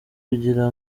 kugira